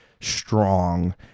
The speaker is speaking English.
strong